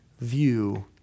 view